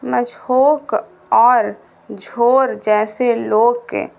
مشحوک اور جھور جیسے لوگ